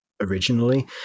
originally